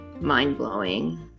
mind-blowing